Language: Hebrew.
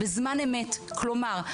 כלומר,